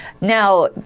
Now